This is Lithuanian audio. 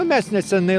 na mes nesenai